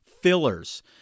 fillers